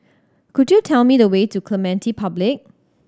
could you tell me the way to Clementi Public